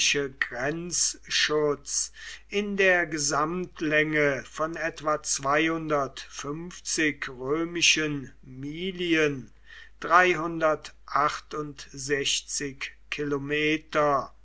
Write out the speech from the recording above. grenzschutz in der gesamtlänge von etwa römischen miglien kilometer